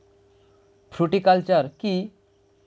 Fruticulture কী?